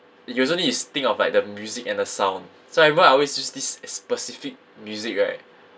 usually is think of like the music and the sound so I remember I always use this specific music right